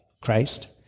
Christ